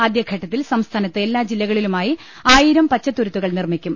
ആദ്യഘട്ടത്തിൽ സംസ്ഥാ നത്ത് എല്ലാ ജില്ലകളിലുമായി ആയിരം പച്ചത്തൂരുത്തുകൾ നിർമി ക്കും